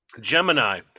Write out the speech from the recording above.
Gemini